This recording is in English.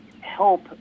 help